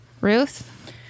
Ruth